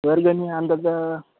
वर्गणी अंदाजे